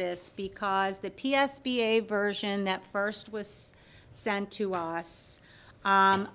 this because the p s p a version that first was sent to us